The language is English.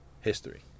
history